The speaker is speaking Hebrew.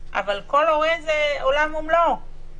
אבל כל הורה הוא עולם ומלואו,